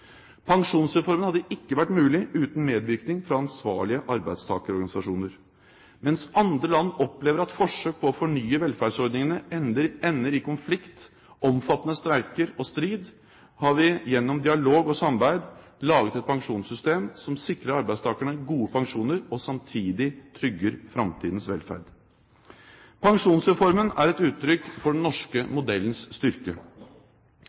pensjonsreformen. Pensjonsreformen hadde ikke vært mulig uten medvirkning fra ansvarlige arbeidstakerorganisasjoner. Mens andre land opplever at forsøk på å fornye velferdsordningene ender i konflikt, omfattende streiker og strid, har vi gjennom dialog og samarbeid laget et pensjonssystem som sikrer arbeidstakerne gode pensjoner og samtidig trygger framtidens velferd. Pensjonsreformen er et uttrykk for den norske